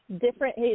different